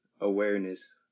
awareness